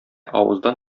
авыздан